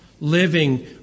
living